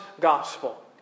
gospel